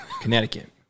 Connecticut